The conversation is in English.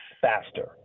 faster